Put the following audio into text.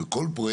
ל בכל,